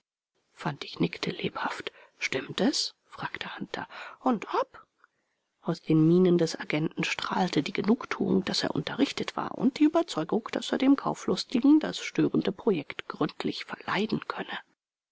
fantig nickte lebhaft stimmt es fragte hunter und ob aus den mienen des agenten strahlte die genugtuung daß er unterrichtet war und die überzeugung daß er dem kauflustigen das störende projekt gründlich verleiden könne